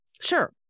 Sure